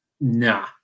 nah